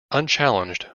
unchallenged